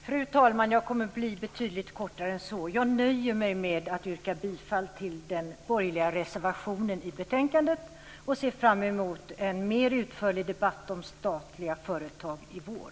Fru talman! Jag kommer att bli mycket kortfattad. Jag nöjer mig med att yrka bifall till den borgerliga reservationen i betänkandet och ser fram emot en mer utförlig debatt om statliga företag i vår.